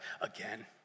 again